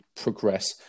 progress